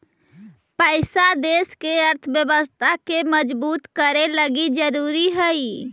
पैसा देश के अर्थव्यवस्था के मजबूत करे लगी ज़रूरी हई